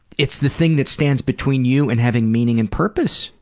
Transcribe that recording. it's the thing that stands between you and having meaning and purpose.